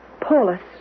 Paulus